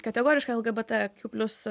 kategoriška lgbtq plius